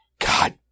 God